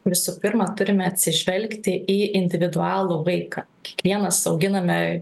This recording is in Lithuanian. visų pirma turime atsižvelgti į individualų vaiką kiekvienas auginame